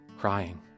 crying